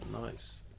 nice